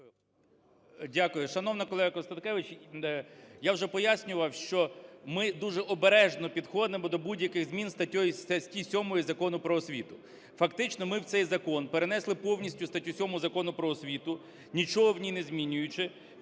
Дякую. Шановна колега Констанкевич, я вже пояснював, що ми дуже обережно підходимо до будь-яких змін статті 7 Закону "Про освіту". Фактично ми в цей закон перенесли повністю статтю 7 Закону "Про освіту", нічого в ній не змінюючи,